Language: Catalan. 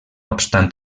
obstant